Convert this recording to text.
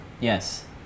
yes